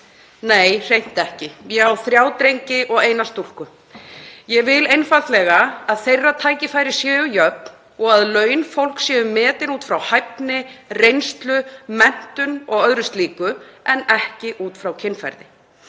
Nei, hreint ekki, ég á þrjá drengi og eina stúlku. Ég vil einfaldlega að þeirra tækifæri séu jöfn og að laun fólks séu metin út frá hæfni, reynslu, menntun og öðru slíku en ekki út frá kynferði.